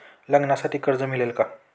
लग्नासाठी कर्ज मिळेल का?